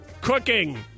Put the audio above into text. Cooking